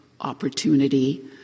opportunity